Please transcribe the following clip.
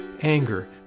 anger